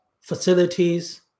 facilities